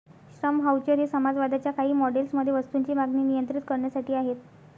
श्रम व्हाउचर हे समाजवादाच्या काही मॉडेल्स मध्ये वस्तूंची मागणी नियंत्रित करण्यासाठी आहेत